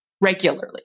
regularly